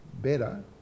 better